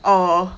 oh